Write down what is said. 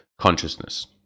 consciousness